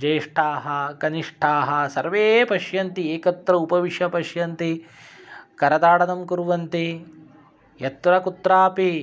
ज्येष्ठाः कनिष्ठाः सर्वे पश्यन्ति एकत्र उपविश्य पश्यन्ति करताडनं कुर्वन्ति यत्र कुत्रापि